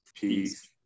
Peace